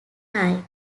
night